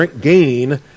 gain